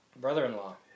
brother-in-law